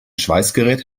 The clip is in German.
schweißgerät